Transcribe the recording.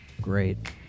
Great